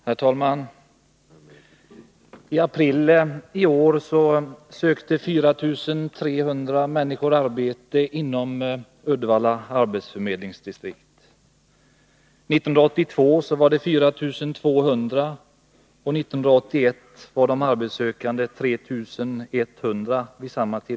Herr talman! I april i år sökte 4 300 människor arbete inom Uddevalla arbetsförmedlingsdistrikt. År 1982 var det 4200 och 1981 var det 3 100 arbetssökande.